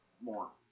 More